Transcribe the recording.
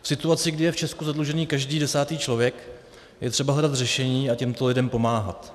V situaci, kdy je v Česku zadlužený každý desátý člověk, je třeba hledat řešení a těmto lidem pomáhat.